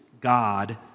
God